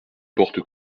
porte